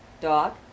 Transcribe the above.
dog